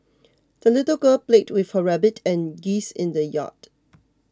the little girl played with her rabbit and geese in the yard